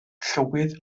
llywydd